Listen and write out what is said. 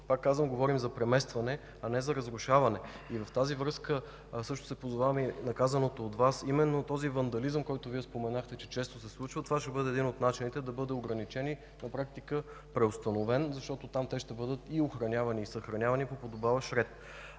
пак казвам, говорим за преместване, а не за разрушаване. В тази връзка също се позовавам и на казаното от Вас – именно този вандализъм, който Вие споменахте, че често се случва, това ще бъде един от начините да бъде ограничен и на практика преустановен, защото там те ще бъдат и охранявани, и съхранявани по подобаващ ред.